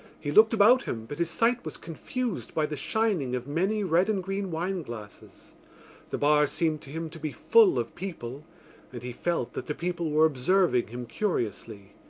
he looked about him, but his sight was confused by the shining of many red and green wine-glasses the bar seemed to him to be full of people and he felt that the people were observing him curiously.